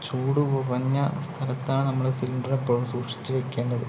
ചൂട് കുറഞ്ഞ സ്ഥലത്താണ് നമ്മൾ സിലിണ്ടർ ഇപ്പോഴും സൂക്ഷിച്ചു വെക്കേണ്ടത്